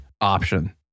option